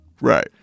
right